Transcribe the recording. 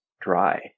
dry